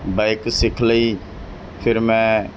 bike ਸਿੱਖ ਲਈ ਫਿਰ ਮੈਂ